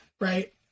right